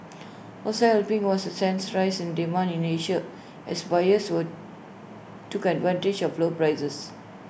also helping was A sense rise in demand in Asia as buyers were took advantage of low prices